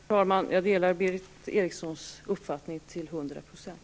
Herr talman! Jag delar Berith Erikssons uppfattning till hundra procent.